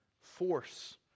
force